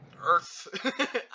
Earth